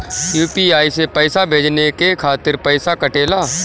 UPI से पइसा भेजने के खातिर पईसा कटेला?